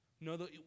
No